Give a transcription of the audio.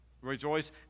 Rejoice